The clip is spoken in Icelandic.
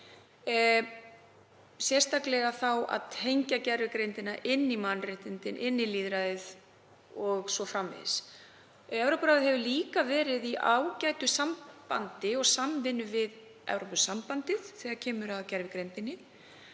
sérstaklega við að tengja gervigreindina inn í mannréttindi, inn í lýðræðið o.s.frv. Evrópuráðið hefur líka verið í ágætu sambandi og samvinnu við Evrópusambandið þegar kemur að gervigreind